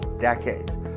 decades